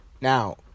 now